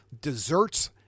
desserts